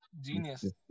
Genius